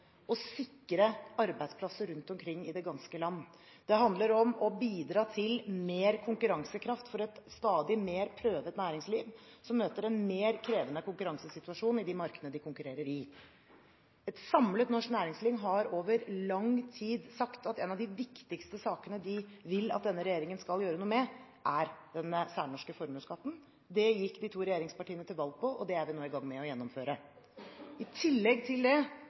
å sikre arbeidsplasser rundt omkring i det ganske land. Det handler om å bidra til mer konkurransekraft for et stadig mer prøvet næringsliv, som møter en mer krevende konkurransesituasjon i de markedene de konkurrerer i. Et samlet norsk næringsliv har over lang tid sagt at en av de viktigste sakene det vil at denne regjeringen skal gjøre noe med, er den særnorske formuesskatten. Det gikk de to regjeringspartiene til valg på, og det er vi nå i gang med å gjennomføre. I tillegg